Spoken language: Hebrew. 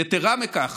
יתרה מזו,